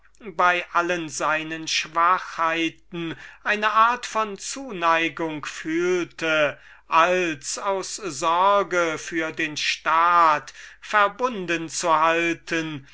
bei allen seinen schwachheiten eine art von zuneigung fühlte als aus sorge für den staat verbunden zu halten